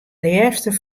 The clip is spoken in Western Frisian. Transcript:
leafst